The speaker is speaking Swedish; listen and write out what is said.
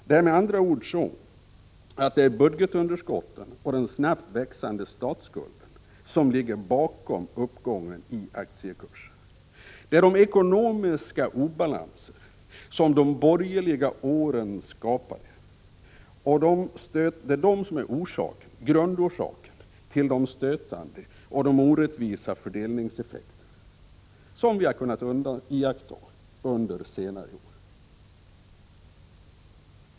Det är med andra ord budgetunderskotten och den snabbt växande statsskulden som ligger bakom uppgången av aktiekurserna. Det är de ekonomiska obalanser som de borgerliga åren skapade som är grundorsakerna till de stötande och orättvisa fördelningseffekter som vi har kunnat iaktta under senare år.